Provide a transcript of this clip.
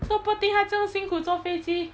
so poor thing 它这么辛苦坐飞机